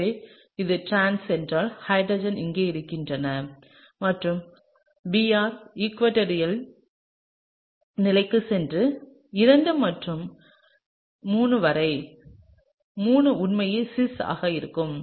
எனவே அது டிரான்ஸ் என்றால் ஹைட்ரஜன் இங்கே இருக்கின்றது மற்றும் Br ஈகுவடோரில் நிலைக்குச் சென்று 2 முதல் 3 வரை 3 உண்மையில் சிஸ் ஆக இருக்கும்